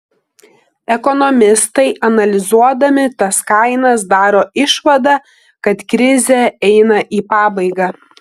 ekonomistai analizuodami tas kainas daro išvadą kad krizė eina į pabaigą